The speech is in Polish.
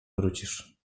wrócisz